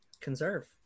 Conserve